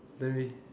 maybe